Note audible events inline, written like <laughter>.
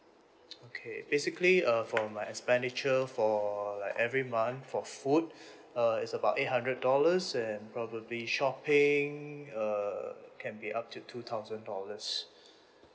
okay basically uh for my expenditure for like every month for food uh it's about eight hundred dollars and probably shopping err can be up to two thousand dollars <breath>